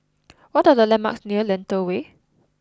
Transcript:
what are the landmarks near Lentor Way